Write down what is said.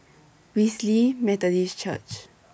Wesley Methodist Church